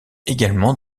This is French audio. également